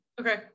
Okay